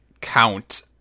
Count